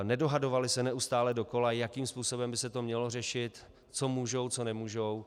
Nedohadovali se neustále dokola, jakým způsobem by se to mělo řešit, co můžou, co nemůžou.